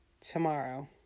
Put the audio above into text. tomorrow